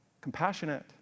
Compassionate